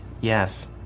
Yes